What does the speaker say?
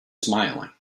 smiling